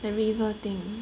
the river thing